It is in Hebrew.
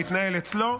שמתנהל אצלו,